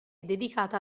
dedicata